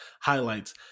highlights